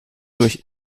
durch